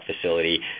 facility